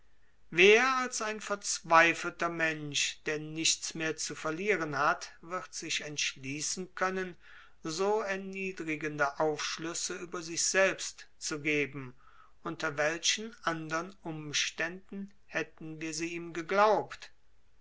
wer als ein verzweifelter mensch der nichts mehr zu verlieren hat wird sich entschließen können so erniedrigende aufschlüsse über sich selbst zu geben unter welchen andern umständen hätten wir sie ihm geglaubt